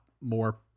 more